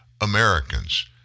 Americans